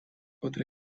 otra